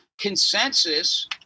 consensus